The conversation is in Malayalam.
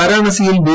വാരാണസിയിൽ ബി